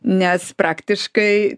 nes praktiškai